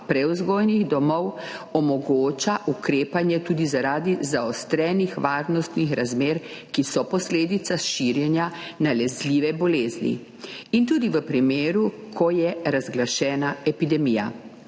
prevzgojnih domov omogoča ukrepanje tudi zaradi zaostrenih varnostnih razmer, ki so posledica širjenja nalezljive bolezni, tudi v primeru, ko je razglašena epidemija.